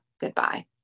goodbye